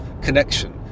connection